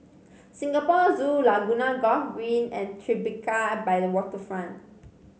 Singapore Zoo Laguna Golf Green and Tribeca by the Waterfront